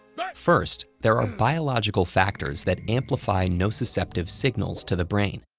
but first, there are biological factors that amplify nociceptive signals to the brain.